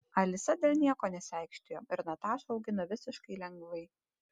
alisa dėl nieko nesiaikštijo ir natašą augino visiškai lengvai